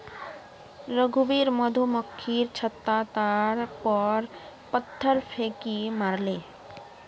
रघुवीर मधुमक्खीर छततार पर पत्थर फेकई मारले